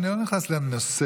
אני לא נכנס לנושא,